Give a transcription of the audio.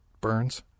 Burns